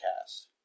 Cast